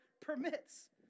permits